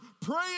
praying